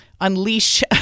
unleash